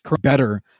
better